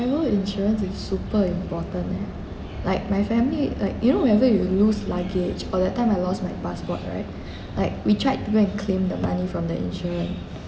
travel insurance is super important leh like my family like you know whenever you lose luggage or that time I lost my passport right like we tried to go and claim the money from the insurance